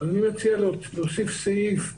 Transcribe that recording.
אני מציע להוסיף סעיף 1א,